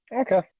Okay